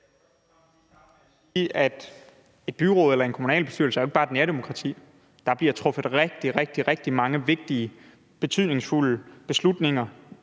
et byråd eller en kommunalbestyrelse jo ikke bare er nærdemokrati. Der bliver truffet rigtig, rigtig mange vigtige og betydningsfulde beslutninger